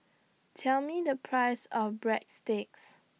Tell Me The Price of Breadsticks